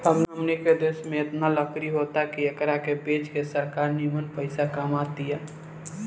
हमनी के देश में एतना लकड़ी होता की एकरा के बेच के सरकार निमन पइसा कमा तिया